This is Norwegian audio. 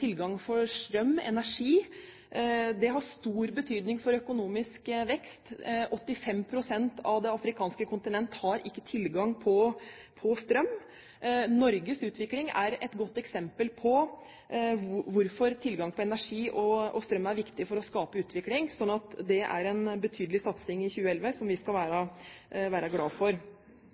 tilgang på strøm, energi. Det har stor betydning for økonomisk vekst. 85 pst. av det afrikanske kontinent har ikke tilgang på strøm. Norges utvikling er et godt eksempel på hvorfor tilgang på energi og strøm er viktig for å skape utvikling. Så det er en betydelig satsing i 2011, som vi skal være glad for.